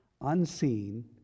unseen